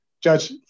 Judge